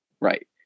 Right